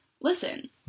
listen